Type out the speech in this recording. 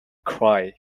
cry